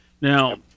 Now